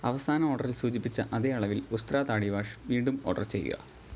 അവസാന ഓഡറിൽ സൂചിപ്പിച്ച അതേ അളവിൽ ഉസ്ത്രാ താടി വാഷ് വീണ്ടും ഓഡർ ചെയ്യുക